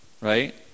right